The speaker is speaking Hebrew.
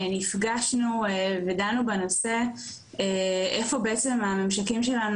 נפגשנו ודנו בנושא איפה בעצם הממשקים שלנו